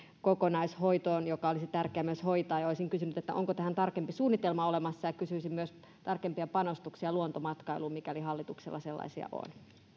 kokonaishoitoon joka olisi tärkeä myös hoitaa olisinkin kysynyt että onko tähän tarkempi suunnitelma olemassa ja kysyisin myös tarkempia panostuksia luontomatkailuun mikäli hallituksella sellaisia